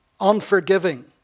unforgiving